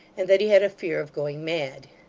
and that he had a fear of going mad.